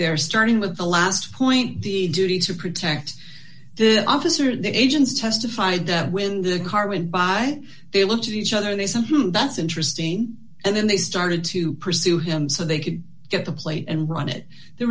there starting with the last point the duty to protect the office or the agents testified that when the car went by they looked at each other they something that's interesting and then they started to pursue him so they could get a plate and run it there